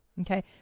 Okay